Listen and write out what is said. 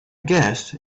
guess